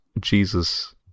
Jesus